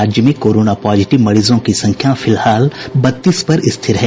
राज्य में corona positive मरीजों की संख्या फिलहाल बत्तीस पर स्थिर है